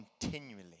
continually